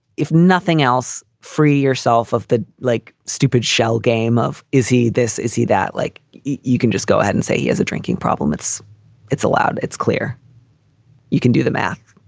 if nothing else. free yourself of the like stupid shell game of is he this is he that like you can just go ahead and say he has a drinking problem? it's it's allowed it's clear you can do the math.